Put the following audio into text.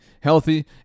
healthy